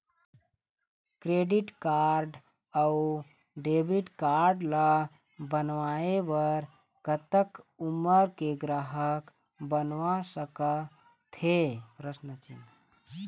Credit card अऊ debit card ला बनवाए बर कतक उमर के ग्राहक बनवा सका थे?